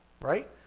right